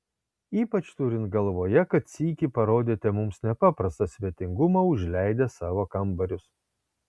ypač turint galvoje kad sykį parodėte mums nepaprastą svetingumą užleidęs savo kambarius